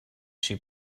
she